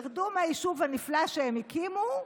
ירדו מהיישוב הנפלא שהם הקימו,